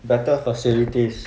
better facilities